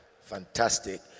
fantastic